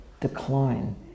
decline